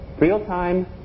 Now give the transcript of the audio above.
real-time